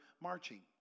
marching